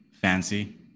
fancy